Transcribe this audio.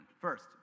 First